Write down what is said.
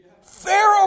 Pharaoh